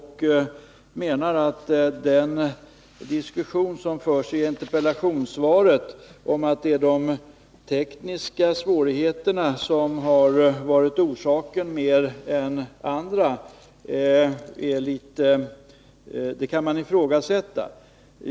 Vi menar att den diskussion som förs i interpellationssvaret om att det är de tekniska svårigheterna mer än annat som orsakat fördröjningen kan ifrågasättas.